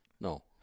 No